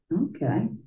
Okay